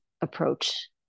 approach